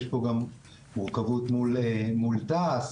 יש פה גם מורכבות מול תעש.